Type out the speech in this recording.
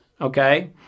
okay